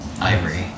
ivory